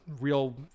real